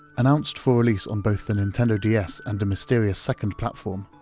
announced for release on both the nintendo ds and a mysterious second platform,